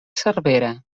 cervera